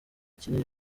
kinini